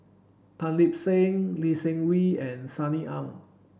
Tan Lip Seng Lee Seng Wee and Sunny Ang